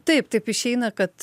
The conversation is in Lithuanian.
taip taip išeina kad